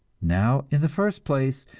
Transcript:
now, in the first place,